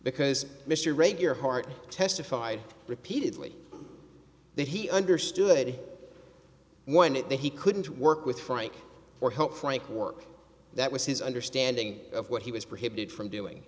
because mr regular heart testified repeatedly that he understood when it that he couldn't work with frank or help frank work that was his understanding of what he was prohibited from doing